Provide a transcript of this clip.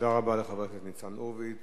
תודה רבה לחבר הכנסת ניצן הורוביץ.